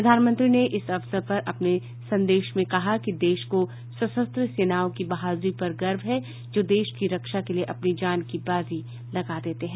प्रधानमंत्री ने इस अवसर पर अपने संदेश में कहा कि देश को सशस्त्र सेनाओं की बहादुरी पर गर्व है जो देश की रक्षा के लिए अपनी जान की बाजी लगा देते हैं